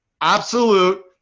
absolute